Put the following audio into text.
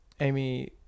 Amy